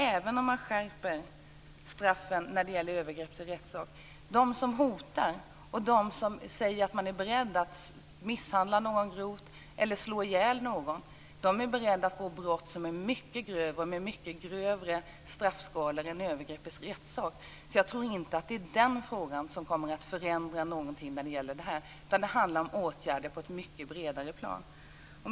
Även om straffen skärps när det gäller övergrepp i rättssak är det tyvärr så att de som hotar och som säger sig vara beredda att misshandla någon grovt eller att slå ihjäl någon är beredda att begå brott som är mycket grövre och för vilka gäller mycket hårdare straffskalor än för övergrepp i rättssak. Jag tror därför inte att den saken förändrar något i sammanhanget, utan det handlar om åtgärder på ett mycket bredare plan.